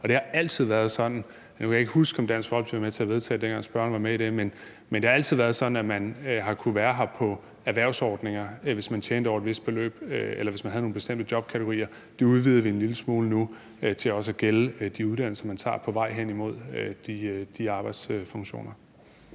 og det har altid været sådan. Nu kan jeg ikke huske, om Dansk Folkeparti var med til at vedtage det, dengang spørgeren var med i det, men det har altid været sådan, at man har kunnet være her på erhvervsordninger, hvis man tjente over et vist beløb, eller hvis man havde nogle bestemte jobkategorier. Det udvider vi en lille smule nu til også at gælde de uddannelser, man tager på vej hen imod de arbejdsfunktioner.